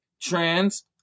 trans